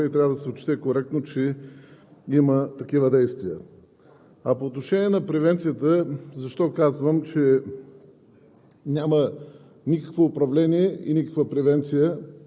но бивайки и в такава ситуация, да няма и такива реакции. Но все пак е добре и трябва да се отчете коректно, че има такива действия. А по отношение на превенцията, защо казвам, че